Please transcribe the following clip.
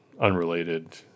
unrelated